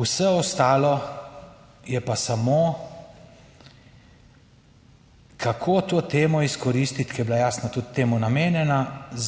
vse ostalo je pa samo, kako to temo izkoristiti, ki je bila jasno tudi temu namenjena,